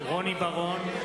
רוני בר-און,